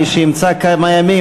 מי שימצא כמה ימים,